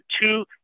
two